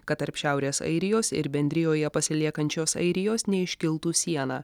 kad tarp šiaurės airijos ir bendrijoje pasiliekančios airijos neiškiltų siena